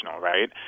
right